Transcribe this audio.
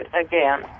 again